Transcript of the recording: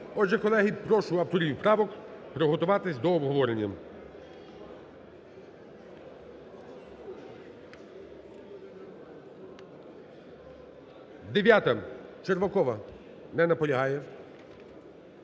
Отже, колеги, прошу авторів правок приготуватись до обговорення. 9-а, Червакова. Не наполягає.